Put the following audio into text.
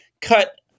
cut